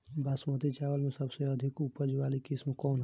बासमती चावल में सबसे अधिक उपज वाली किस्म कौन है?